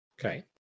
Okay